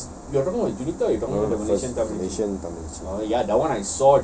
malaysian தமிலச்சி:thamilachi